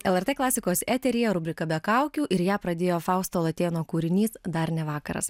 lrt klasikos eteryje rubrika be kaukių ir ją pradėjo fausto latėno kūrinys dar ne vakaras